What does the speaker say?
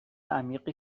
عمیقی